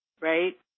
right